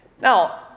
Now